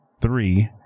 three